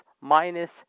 Minus